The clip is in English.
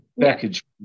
package